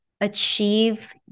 achieve